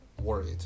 worried